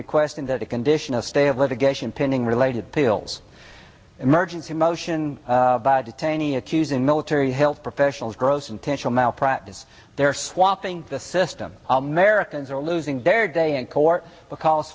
requesting that a condition of stay of litigation pending related pills emergency motion detainees accusing military health professionals gross and potential malpractise they're swapping the system americans are losing their day in court because